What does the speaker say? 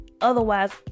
otherwise